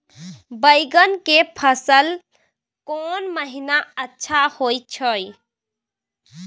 बैंगन के फसल कोन महिना अच्छा होय छै?